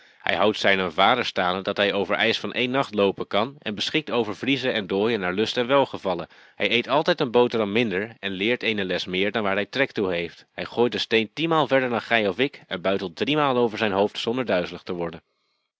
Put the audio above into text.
hij houdt zijnen vader staande dat hij over ijs van één nacht loopen kan en beschikt over vriezen en dooien naar lust en welgevallen hij eet altijd een boterham minder en leert eene les meer dan waar hij trek toe heeft hij gooit een steen tienmaal verder dan gij of ik en buitelt driemaal over zijn hoofd zonder duizelig te worden